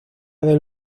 del